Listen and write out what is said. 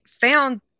found